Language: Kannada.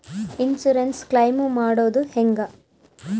ಇನ್ಸುರೆನ್ಸ್ ಕ್ಲೈಮು ಮಾಡೋದು ಹೆಂಗ?